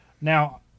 Now